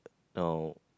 no